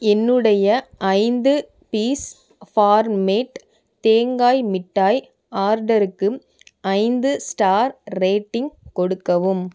என்னுடைய ஐந்து piece farm made தேங்காய் மிட்டாய் ஆர்டருக்கு ஐந்து ஸ்டார் ரேட்டிங் கொடுக்கவும்